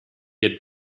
had